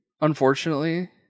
unfortunately